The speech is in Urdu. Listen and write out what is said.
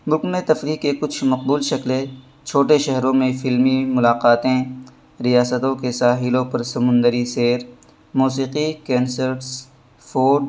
ملک میں تفریح کے کچھ مقبول شکلیں چھوٹے شہروں میں فلمی ملاقاتیں ریاستوں کے ساحلوں پر سمندری سیر موسیقی کینسرٹس فورٹ